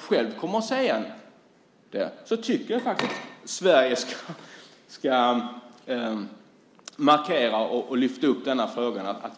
själv kommer att säga det på EU-toppmötet tycker jag att Sverige ska markera och lyfta upp denna fråga.